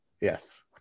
Yes